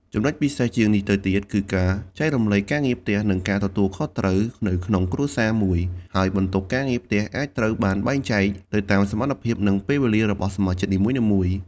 ចំណុចពិសេសជាងនេះទៅទៀត គឺការចែករំលែកការងារផ្ទះ និងការទទួលខុសត្រូវ នៅក្នុងគ្រួសារមួយ ហើយបន្ទុកការងារផ្ទះអាចត្រូវបានបែងចែកទៅតាមសមត្ថភាព និងពេលវេលារបស់សមាជិកនីមួយៗ។